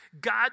God